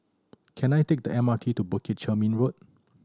can I take the M R T to Bukit Chermin Road